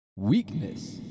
weakness